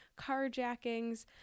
carjackings